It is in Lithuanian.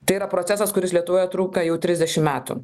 tai yra procesas kuris lietuvoje trunka jau trisdešimt metų